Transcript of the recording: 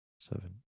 Seven